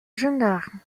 gendarme